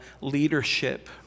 leadership